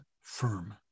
firm